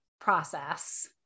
process